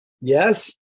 yes